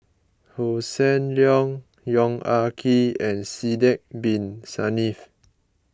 Hossan Leong Yong Ah Kee and Sidek Bin Saniff